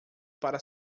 para